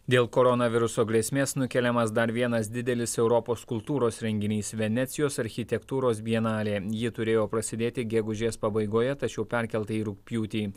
dėl koronaviruso grėsmės nukeliamas dar vienas didelis europos kultūros renginys venecijos architektūros bienalė ji turėjo prasidėti gegužės pabaigoje tačiau perkelta į rugpjūtį